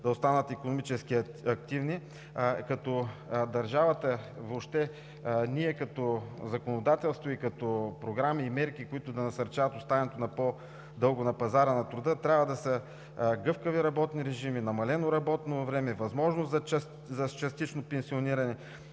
да останат икономически активни, като държавата въобще, ние като законодателство и като програми и мерки, които да насърчават оставането на по-дълго на пазара на труда, трябва да са гъвкави работни режими, намалено работно време, възможност за частично пенсиониране,